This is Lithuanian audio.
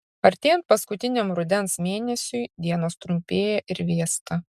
artėjant paskutiniam rudens mėnesiui dienos trumpėja ir vėsta